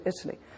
Italy